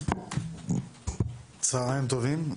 צהריים טובים.